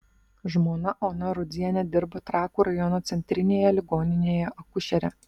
žmona ona rudzienė dirba trakų rajono centrinėje ligoninėje akušere